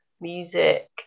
music